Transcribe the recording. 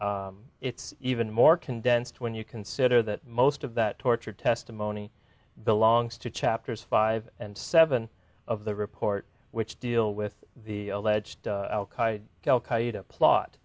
it's even more condensed when you consider that most of that torture testimony belongs to chapters five and seven of the report which deal with the alleged al qaeda al